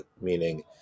meaning